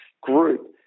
group